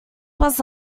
was